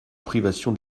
privation